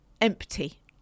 empty